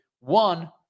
One